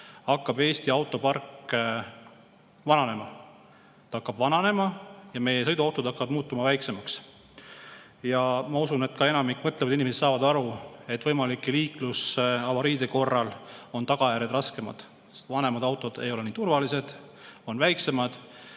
hakkab Eesti autopark vananema. See hakkab vananema ja meie sõiduautod hakkavad muutuma väiksemaks. Ja ma usun, et enamik mõtlevaid inimesi saab aru, et võimalike liiklusavariide korral on siis tagajärjed raskemad, sest vanemad autod ei ole nii turvalised, on väiksemad.